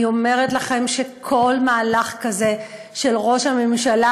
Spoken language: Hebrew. אני אומרת לכם שכל מהלך כזה של ראש הממשלה,